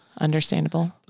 understandable